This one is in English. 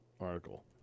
article